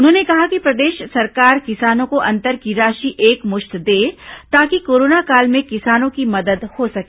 उन्होंने कहा कि प्रदेश सरकार किसानों को अंतर की राशि एकमुश्त दे ताकि कोरोना काल में किसानों की मदद हो सके